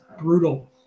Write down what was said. brutal